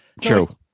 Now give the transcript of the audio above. True